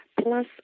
Plus